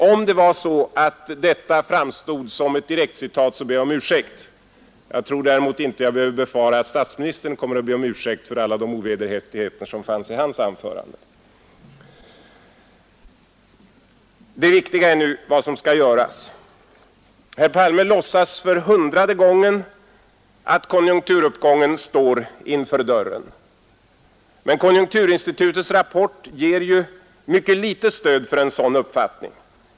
Om detta framstod som ett direkt citat, så ber jag om ursäkt. Jag tror däremot inte att jag behöver befara att statsministern kommer att be om ursäkt för alla de ovederhäftigheter som fanns i hans anförande. Det viktiga är nu vad som skall göras. Herr Palme låtsas för hundrade gången att konjunkturuppgången står för dörren, men konjunkturinstitutets rapport ger ju mycket litet stöd för en sådan uppfattning.